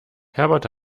herbert